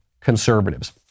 conservatives